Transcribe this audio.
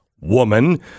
woman